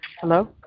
Hello